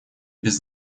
без